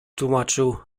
tłumaczył